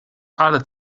ale